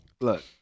Look